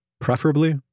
preferably